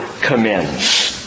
commends